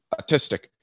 autistic